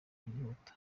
yihuta